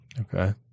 Okay